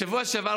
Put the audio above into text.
בשבוע שעבר,